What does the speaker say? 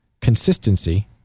Consistency